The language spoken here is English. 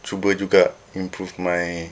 cuba juga improve my